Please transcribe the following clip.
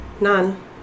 None